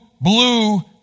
blue